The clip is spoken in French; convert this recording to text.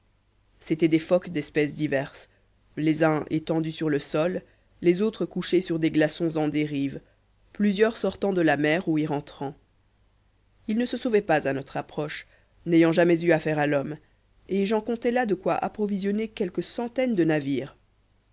c'étaient des phoques d'espèces diverses les uns étendus sur le sol les autres couchés sur des glaçons en dérive plusieurs sortant de la mer ou y rentrant ils ne se sauvaient pas à notre approche n'ayant jamais eu affaire à l'homme et j'en comptais là de quoi approvisionner quelques centaines de navires